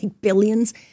billions